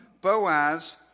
Boaz